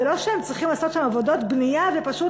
זה לא שהם צריכים לעשות שם עבודות בנייה ופשוט